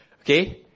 Okay